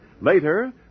Later